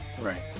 Right